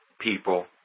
people